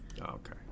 Okay